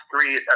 three